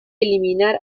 eliminar